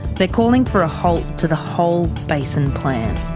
they're calling for a halt to the whole basin plan.